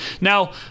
now